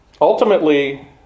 ultimately